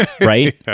Right